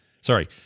sorry